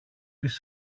της